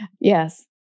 Yes